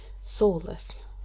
soulless